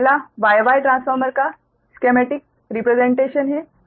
तो पहला Y Y transformer का स्केमेटिक रिप्रेसेंटेशन है